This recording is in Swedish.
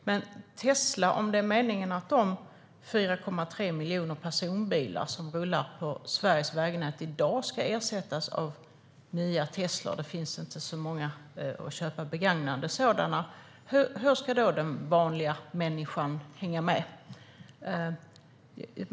Men om det är meningen att de 4,3 miljoner personbilar som rullar på Sveriges vägar i dag ska ersättas av nya Teslabilar - det finns ju inte så många begagnade sådana att köpa - hur ska då den vanliga människan hänga med?